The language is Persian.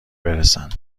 برسن